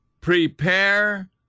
Prepare